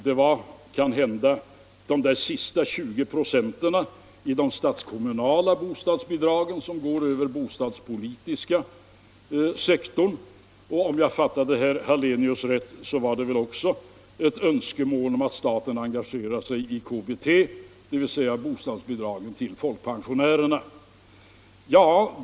Det var kanhända de där sista 20 96 i de statskommunala bostadsbidragen som går över bostadspolitiska sektorn, och om jag fattade herr Hallenius rätt var det också ett önskemål om att staten engagerar sig i KBT, dvs. bostadsbidragen till folkpensionärerna.